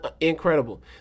Incredible